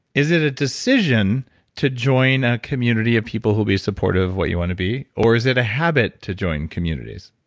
is it a decision to join a community of people who will be supported of what you want to be or is it a habit to join communities?